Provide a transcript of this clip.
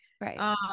Right